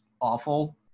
awful